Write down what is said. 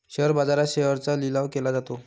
share बाजारात शेअर्सचा लिलाव केला जातो